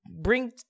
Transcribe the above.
bring